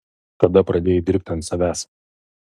kada pradėjai dirbti ant savęs